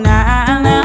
Now